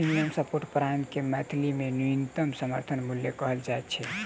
minimum support price के मैथिली मे न्यूनतम समर्थन मूल्य कहल जाइत छै